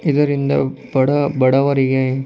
ಇದರಿಂದ ಬಡ ಬಡವರಿಗೆ